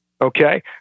Okay